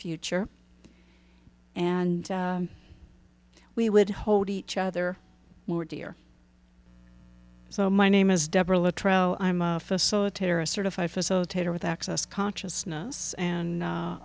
future and we would hold each other more dear so my name is deborah latreille i'm a facilitator a certified facilitator with access consciousness and